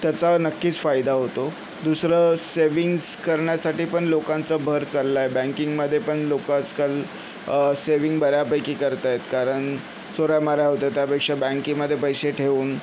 त्याचा नक्कीच फायदा होतो दुसरं सेव्हिंगज करण्यासाठी पण लोकांचा भर चालला आहे बँकिंगमध्ये पण लोकं आजकाल सेव्हिंग बऱ्यापैकी करत आहेत कारण चोऱ्यामाऱ्या होत आहेत त्यापेक्षा बँकेमध्ये पैसे ठेवून